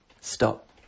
Stop